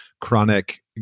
chronic